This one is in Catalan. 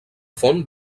font